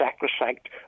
sacrosanct